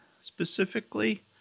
specifically